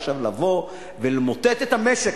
עכשיו לבוא ולמוטט את המשק.